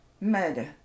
murder